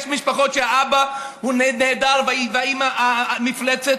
יש משפחות שבהן האבא נהדר והאימא מפלצת,